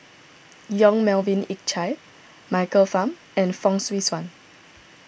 Yong Melvin Yik Chye Michael Fam and Fong Swee Suan